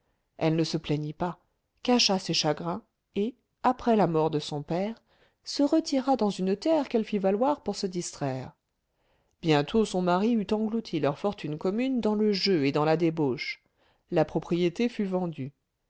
elle ne se plaignit pas cacha ses chagrins et après la mort de son père se retira dans une terre qu'elle fit valoir pour se distraire bientôt son mari eut englouti leur fortune commune dans le jeu et dans la débauche la propriété fut vendue